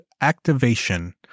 Activation